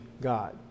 God